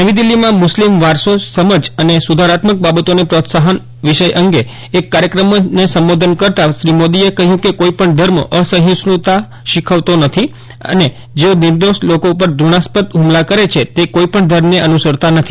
નવી દીલ્હીમાં મુસ્લિમ વારસો સમજ અને સુધારાત્મક બાબતોને પ્રોત્સાહન વિષય અંગે એક કાર્યક્રમને સંબોધન કરતાં શ્રી મોદીએ કહ્યું કે કોઇપણ ધર્મ અસહિષ્યુતા કે શીખવતો નથી અને જેઓ નિર્દોષ લોકો પર ધૃણાસ્પદ હુમલા કરે છે તે કોઇપષ્ન ધર્મને અનુસરતા નથી